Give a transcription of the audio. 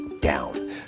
down